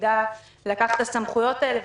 שידע לקחת את הסמכויות האלה.